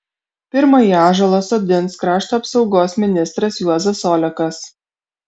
pirmąjį ąžuolą sodins krašto apsaugos ministras juozas olekas